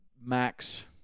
max